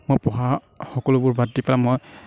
মই পঢ়া সকলোবোৰ বাদ দি পেলাই মই